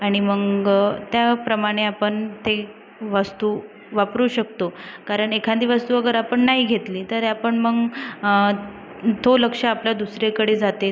आणि मग त्याप्रमाणे आपण ते वस्तू वापरू शकतो कारण एखादी वस्तू अगर आपण नाही घेतली तर पण मग तो लक्ष आपला दुसरीकडे जाते